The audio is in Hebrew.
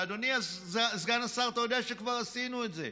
ואדוני סגן השר, אתה יודע שכבר עשינו את זה,